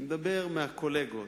אני מדבר על הקולגות.